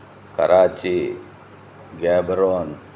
Karachi Gaborone